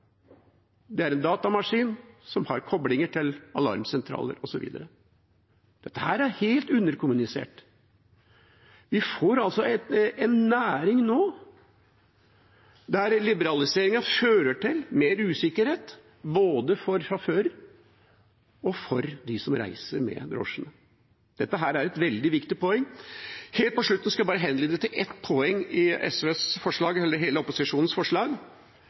Det er en datamaskin som har kobling til alarmsentral, osv. Dette er helt underkommunisert. Vi får altså en næring der liberaliseringen fører til mer usikkerhet for både sjåførene og dem som reiser med drosjene. Dette er et veldig viktig poeng. Helt på slutten vil jeg bare henlede oppmerksomheten på et poeng i opposisjonens forslag,